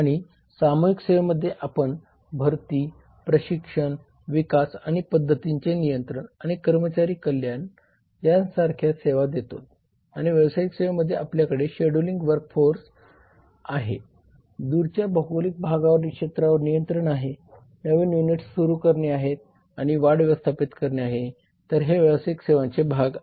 आणि सामूहिक सेवेमध्ये आपण भरती प्रशिक्षण विकास आणि पद्धतींचे नियंत्रण आणि कर्मचारी कल्याण यां सारख्या सेवा देतोत आणि व्यावसायिक सेवेमध्ये आपल्याकडे शेड्यूलिंग वर्कफोर्स आहे दूरच्या भौगोलिक क्षेत्रावर नियंत्रण आहे नवीन युनिट्स सुरू करणे आहेत आणि वाढ व्यवस्थापित करणे आहे तर हे व्यावसायिक सेवांचे भाग आहेत